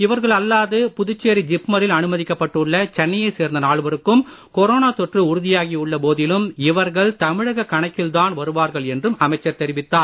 இவர்கள் அல்லாது புதுச்சேரி ஜிப்மரில் அனுமதிக்கப் பட்டுள்ள சென்னையைச் சேர்ந்த நால்வருக்கும் கொரோனா தொற்று உறுதியாகியுள்ள போதிலும் இவர்கள் தமிழக கணக்கில் தான் வருவார்கள் என்றும் அமைச்சர் தெரிவித்தார்